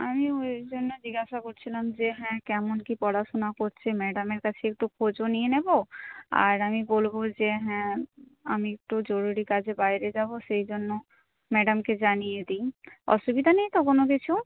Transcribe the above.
আমি ওই জন্য জিজ্ঞাসা করছিলাম যে হ্যাঁ কেমন কী পড়াশোনা করছে ম্যাডামের কাছে একটু খোঁজও নিয়ে নেব আর আমি বলব যে হ্যাঁ আমি একটু জরুরি কাজে বাইরে যাব সেই জন্য ম্যাডামকে জানিয়ে দিই অসুবিধা নেই তো কোনও কিছু